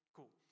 Cool